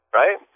right